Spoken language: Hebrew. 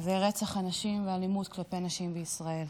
רצח הנשים ואלימות כלפי נשים בישראל.